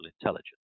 intelligence